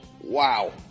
Wow